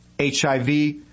HIV